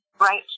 Right